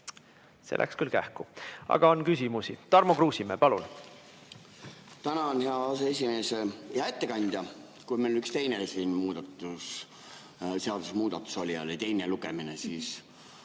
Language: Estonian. See läks küll kähku. Aga on küsimusi. Tarmo Kruusimäe, palun! Tänan, hea aseesimees! Hea ettekandja! Kui meil oli siin üks teine seadusemuudatus ja oli teine lugemine, siis